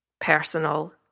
personal